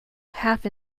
half